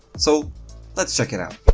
so let's check it out!